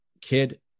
kid